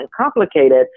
complicated